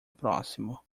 próximo